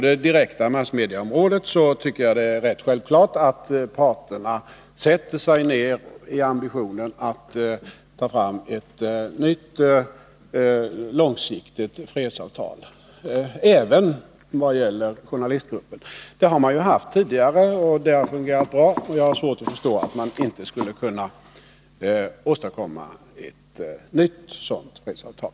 Det är självklart att parterna på det direkta massmediaområdet bör sätta sig ned i ambitionen att ta fram ett nytt långsiktigt fredsavtal, även vad gäller journalistgruppen. Det har man ju haft tidigare, och det har fungerat bra. Jag har svårt att förstå att man inte skulle kunna åstadkomma ett nytt sådant fredsavtal.